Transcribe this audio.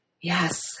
yes